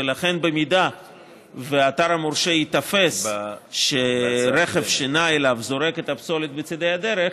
ולכן אם האתר המורשה ייתפס כשרכב שנע אליו זורק את הפסולת בצידי הדרך,